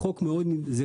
זה